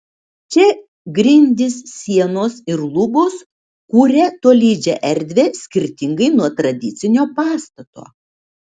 čia grindys sienos ir lubos kuria tolydžią erdvę skirtingai nuo tradicinio pastato